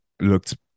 looked